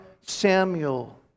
Samuel